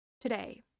Today